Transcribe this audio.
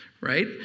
right